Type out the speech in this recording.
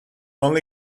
only